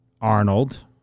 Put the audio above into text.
Arnold